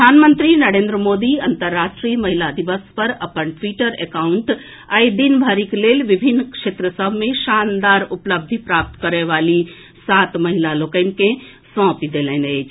प्रधानमंत्री नरेन्द्र मोदी अन्तर्राष्ट्रीय महिला दिवस पर अपन ट्विटर एकाउंट आइ दिन भरिक लेल विभिन्न क्षेत्र सभ मे शानदार उपलब्धि प्राप्त करए वाली सात महिला लोकनि के सौंपि देलनि अछि